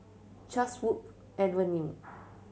Chatsworth Avenue